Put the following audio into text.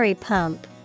pump